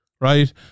right